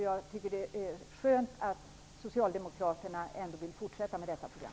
Jag tycker att det är skönt att Socialdemokraterna vill fortsätta med detta program.